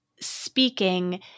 speaking